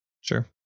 Sure